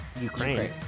Ukraine